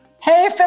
Hey